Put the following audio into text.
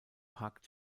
park